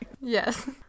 Yes